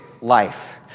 life